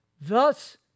Thus